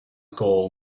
goal